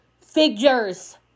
figures